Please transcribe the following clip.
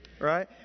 Right